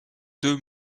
deux